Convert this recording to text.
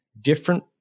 different